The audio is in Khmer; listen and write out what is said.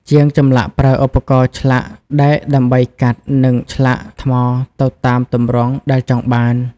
ជាងចម្លាក់ប្រើឧបករណ៍ឆ្លាក់ដែកដើម្បីកាត់ និងឆ្លាក់ថ្មទៅតាមទម្រង់ដែលចង់បាន។